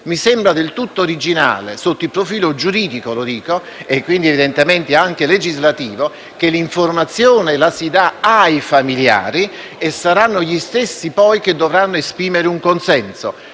Mi sembra del tutto originale, sotto il profilo giuridico (e quindi, evidentemente, anche legislativo), che l'informazione la si dia ai familiari e saranno gli stessi poi a dover esprimere un consenso: